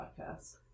podcast